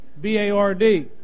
B-A-R-D